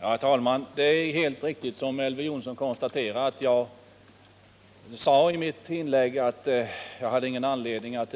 Herr talman! Det är helt riktigt, som Elver Jonsson konstaterar, att jag sade i mitt inlägg att jag inte hade någon anledning att